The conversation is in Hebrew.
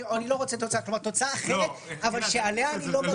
אני לא רוצה תוצאה אחרת שעליה אני לא מצביע.